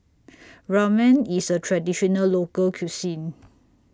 Ramen IS A Traditional Local Cuisine